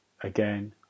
again